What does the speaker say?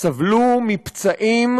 סבלו מפצעים,